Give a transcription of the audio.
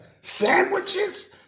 sandwiches